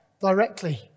directly